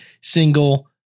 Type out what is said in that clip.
single